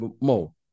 Mo